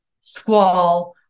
Squall